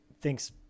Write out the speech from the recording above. Thinks